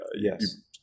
yes